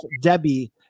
Debbie